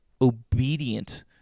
obedient